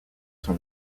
son